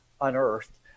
unearthed